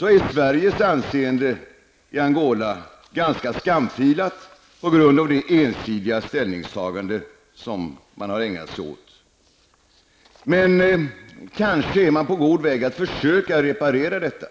är Sveriges anseende i Angola ganska skamfilat på grund av det ensidiga ställningstagandet. Men kanske är man nu på god väg att reparera detta.